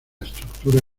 estructura